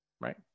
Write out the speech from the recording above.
right